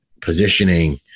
positioning